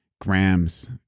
grams